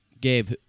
Gabe